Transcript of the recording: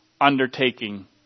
undertaking